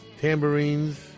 tambourines